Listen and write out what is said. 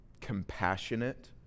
compassionate